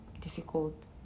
difficult